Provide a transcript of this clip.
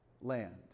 land